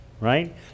Right